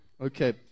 Okay